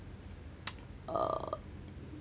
uh